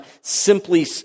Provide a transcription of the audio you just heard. simply